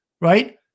right